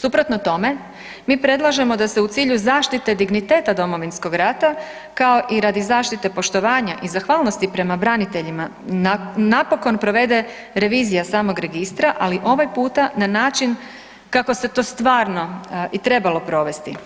Suprotno tome mi predlažemo da se u cilju zaštite digniteta Domovinskog rata kao i radi zaštite poštovanja i zahvalnosti prema braniteljima napokon provede revizija samog registra, ali ovog puta na način kako se to stvarno i trebalo provesti